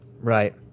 Right